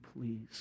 please